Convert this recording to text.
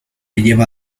lleva